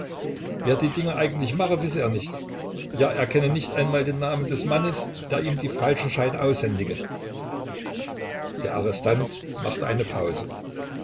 wer die dinger eigentlich mache wisse er nicht ja er kenne nicht einmal den namen des mannes der ihm die falschen scheine aushändige der arrestant machte eine pause